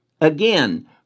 Again